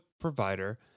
provider